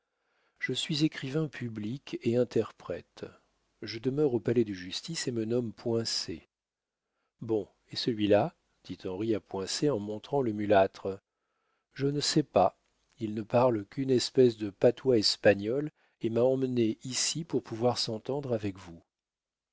je suis écrivain public et interprète je demeure au palais de justice et me nomme poincet bon et celui-là dit henri à poincet en montrant le mulâtre je ne sais pas il ne parle qu'une espèce de patois espagnol et m'a emmené ici pour pouvoir s'entendre avec vous